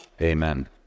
amen